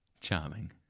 Charming